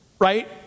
Right